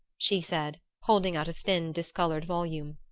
she said, holding out a thin discolored volume.